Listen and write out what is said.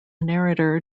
narrator